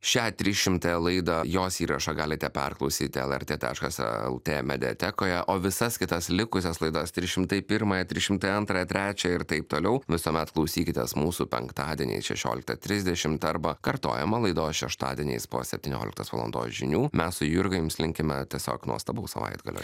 šią trys šimtąją laidą jos įrašą galite perklausyti lrtlt mediatekoje o visas kitas likusias laidas trys šimtai pirmą trys šimtai antrą trečią ir taip toliau klausykitės mūsų penktadieniais šešiolika trisdešimt arba kartojama laidos šeštadieniais po septynioliktos valandos žinių mes su jurga jums linkime tiesiog nuostabaus savaitgalio